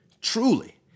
truly